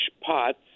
pots